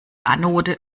anode